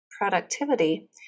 productivity